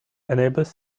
enables